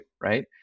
right